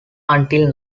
until